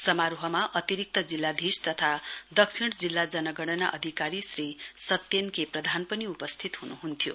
समारोहमा अतिरिक्त जिल्लाधीश तथा दक्षिण जिल्ला जनगणना अधिकारी श्री सत्येन के प्रधान पनि उपस्थित हन्हन्थ्यो